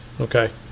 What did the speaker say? Okay